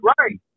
right